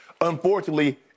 Unfortunately